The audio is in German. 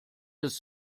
des